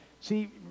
See